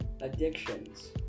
addictions